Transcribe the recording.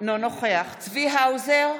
אינו נוכח צבי האוזר,